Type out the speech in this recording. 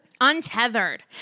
Untethered